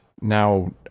Now